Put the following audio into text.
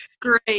Great